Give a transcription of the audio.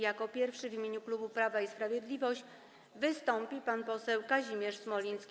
Jako pierwszy, w imieniu klubu Prawa i Sprawiedliwość, wystąpi pan poseł Kazimierz Smoliński.